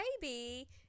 baby